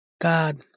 God